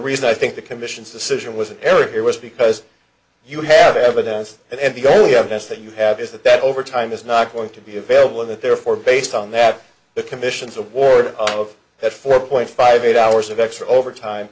reason i think the commission's decision was in error here was because you have evidence and the only evidence that you have is that that over time is not going to be available and that therefore based on that the commission's award of that four point five eight hours of extra overtime